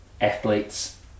athletes